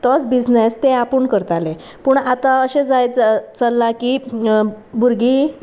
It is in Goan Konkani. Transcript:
तोच बिजनेस ते आपूण करताले पूण आतां अशें जाय चललां की भुरगीं